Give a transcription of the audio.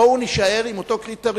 בואו נישאר עם אותו קריטריון.